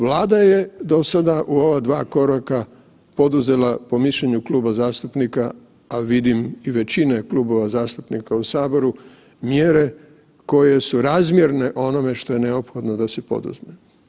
Vlada je do sada u ova 2 koraka poduzela po mišljenju kluba zastupnika, a vidim i većine klubova zastupnika u saboru, mjere koje su razmjerne onome što je neophodno da se poduzme.